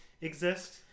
exist